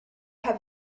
have